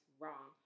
wrong